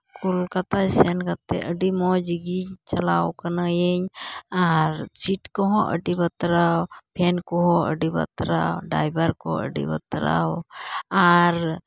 ᱠᱳᱞᱠᱟᱛᱟ ᱥᱮᱱ ᱠᱟᱛᱮ ᱟᱹᱰᱤ ᱢᱚᱡᱽᱜᱤᱧ ᱪᱟᱞᱟᱣ ᱠᱟᱱᱟᱭᱤᱧ ᱟᱨ ᱥᱤᱴ ᱠᱚᱦᱚᱸ ᱟᱹᱰᱤ ᱵᱟᱛᱨᱟ ᱯᱷᱮᱱ ᱠᱚᱦᱚᱸ ᱟᱹᱰᱤ ᱵᱟᱛᱨᱟᱣ ᱰᱟᱭᱵᱟᱨ ᱠᱚ ᱟᱹᱰᱤ ᱵᱟᱛᱨᱟᱣ ᱟᱨ